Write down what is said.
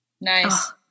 Nice